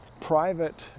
Private